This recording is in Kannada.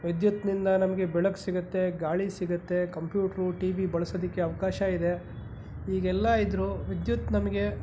ವಿದ್ಯುತ್ನಿಂದ ನಮಗೆ ಬೆಳಕು ಸಿಗುತ್ತೆ ಗಾಳಿ ಸಿಗುತ್ತೆ ಕಂಪ್ಯೂಟ್ರು ಟಿ ವಿ ಬಳ್ಸದಕ್ಕೆ ಅವಕಾಶ ಇದೆ ಹೀಗೆಲ್ಲ ಇದ್ದರೂ ವಿದ್ಯುತ್ ನಮಗೆ